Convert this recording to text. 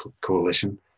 coalition